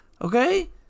Okay